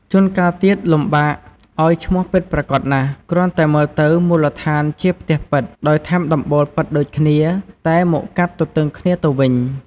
ជួនកាលទៀតលំបាកឱ្យឈ្មោះពិតប្រាកដណាស់ គ្រាន់តែមើលទៅ មូលដ្ឋានជាផ្ទះប៉ិត ដោយថែមដំបូលប៉ិតដូចគ្នា តែមកកាត់ទទឹងគ្នាទៅវិញ ។